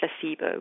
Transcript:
placebo